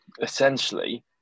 essentially